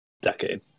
decade